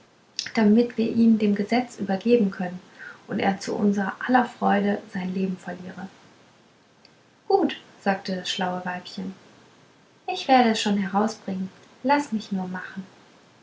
damit wir ihn dem gesetz übergeben können und er zu unser aller freude sein leben verliere gut sagte das schlaue weibchen ich werde es schon herausbringen laß mich nur machen